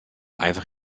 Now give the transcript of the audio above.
einfach